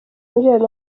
miliyoni